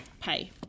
pay